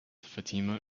fatima